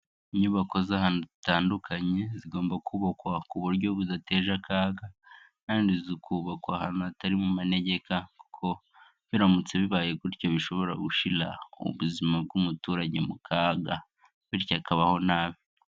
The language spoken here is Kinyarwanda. Inyubako z'ahantu zitandukanye zigomba kubakwa ku buryo budateje akaga kandi zikubakwa ahantu hatari mu manegeka, kuko biramutse bibaye gutyo bishobora gushyira ubuzima bw'umuturage mu kaga, bityo akabaho nabi.